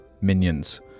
minions